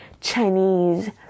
Chinese